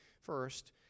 first